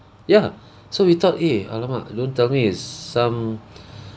ya so we thought eh !alamak! don't tell me it's some